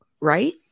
right